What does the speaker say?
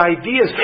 ideas